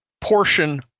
portion